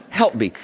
help me,